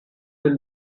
will